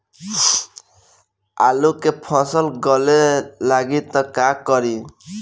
आलू के फ़सल गले लागी त का करी?